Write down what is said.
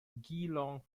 geelong